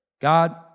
God